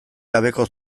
gabeko